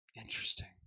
Interesting